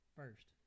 first